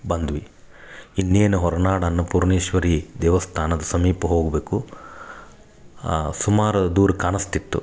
ಬಂದ್ವಿ ಇನ್ನೇನು ಹೊರ್ನಾಡು ಅನ್ನಪೂರ್ಣೇಶ್ವರಿ ದೇವಸ್ಥಾನದ ಸಮೀಪ ಹೋಗಬೇಕು ಸುಮಾರು ದೂರ ಕಾಣಸ್ತಿತ್ತು